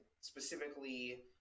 specifically